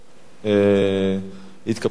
התקפלה, בממשלת נתניהו.